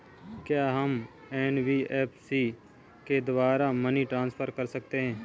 क्या हम एन.बी.एफ.सी के द्वारा मनी ट्रांसफर कर सकते हैं?